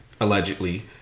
allegedly